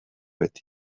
beti